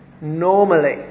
normally